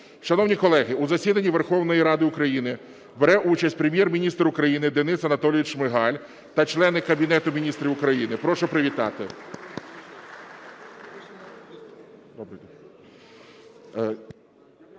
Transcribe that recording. Шановні колеги, у засіданні Верховної Ради України бере участь Прем'єр-міністр України Денис Анатолійович Шмигаль та члени Кабінету Міністрів України. Прошу привітати. (Оплески)